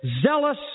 zealous